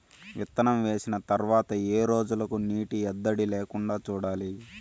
విత్తనం వేసిన తర్వాత ఏ రోజులకు నీటి ఎద్దడి లేకుండా చూడాలి?